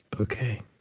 Okay